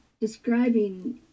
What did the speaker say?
describing